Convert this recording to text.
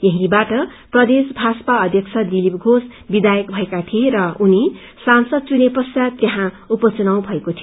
यहीवाट प्रदेश भाजपा अध्यक्ष दिलीप घोष विधायक भएका थिए र उनी सांसद घुनिए पश्चात त्यहाँ उपचुनाव भएको थियो